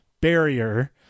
barrier